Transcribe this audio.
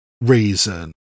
reason